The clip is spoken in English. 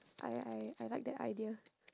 I I I like that idea